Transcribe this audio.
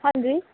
ਹਾਂਜੀ